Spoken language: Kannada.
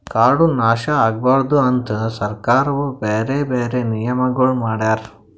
ಕಾಡು ನಾಶ ಆಗಬಾರದು ಅಂತ್ ಸರ್ಕಾರವು ಬ್ಯಾರೆ ಬ್ಯಾರೆ ನಿಯಮಗೊಳ್ ಮಾಡ್ಯಾರ್